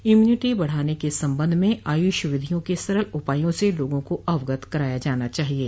immunity बढ़ाने के संबंध में आयुष विधियों के सरल उपायों से लोगों को अवगत कराया जाना चाहिये